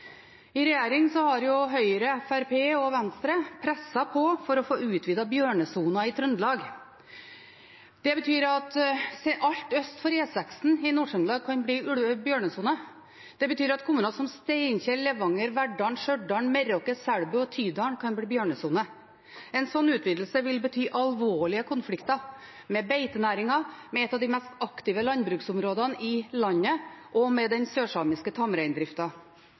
I regjering har Høyre, Fremskrittspartiet og Venstre presset på for å få utvidet bjørnesonen i Trøndelag. Det betyr at alt øst for E6 i Nord-Trøndelag kan bli bjørnesone. Det betyr at kommuner som Steinkjer, Levanger, Verdal, Stjørdal, Meråker, Selbu og Tydal kan bli bjørnesone. En slik utvidelse vil bety alvorlige konflikter – med beitenæringen, med et av de mest aktive landbruksområdene i landet og med den sørsamiske